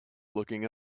looking